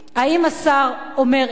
האם השר אומר x